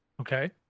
Okay